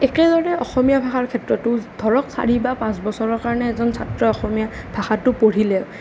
একেদৰে অসমীয়া ভাষাৰ ক্ষেত্ৰতো ধৰক চাৰি বা পাঁচ বছৰৰ কাৰণে এজন ছাত্ৰই অসমীয়া ভাষাটো পঢ়িলে